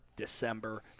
December